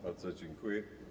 Bardzo dziękuję.